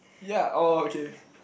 ya oh okay